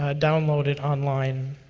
ah download it online.